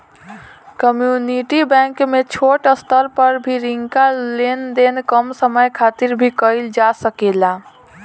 community bank में छोट स्तर पर भी रिंका लेन देन कम समय खातिर भी कईल जा सकेला